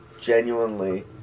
genuinely